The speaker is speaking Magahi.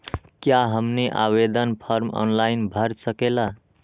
क्या हमनी आवेदन फॉर्म ऑनलाइन भर सकेला?